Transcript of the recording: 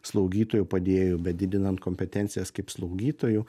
slaugytojų padėjėju bet didinant kompetencijas kaip slaugytojų